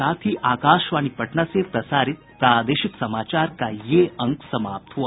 इसके साथ ही आकाशवाणी पटना से प्रसारित प्रादेशिक समाचार का ये अंक समाप्त हुआ